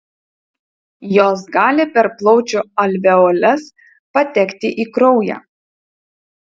jos gali per plaučių alveoles patekti į kraują